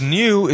new